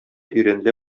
өйрәнелә